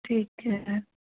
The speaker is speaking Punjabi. ਠੀਕ ਹੈ